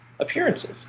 appearances